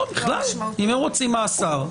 לא, בכלל, אם הם רוצים מאסר.